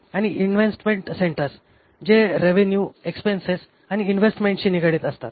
आणि investment centres जे revenue expenses आणि इन्व्हेस्टमेंटशी निगडीत असतात